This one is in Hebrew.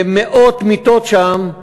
ומאות מיטות שם,